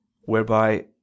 whereby